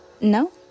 No